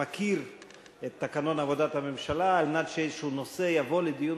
מכיר את תקנון עבודת הממשלה על מנת שאיזה נושא יבוא לדיון